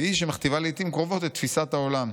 והיא שמכתיבה לעיתים קרובות את תפיסת העולם".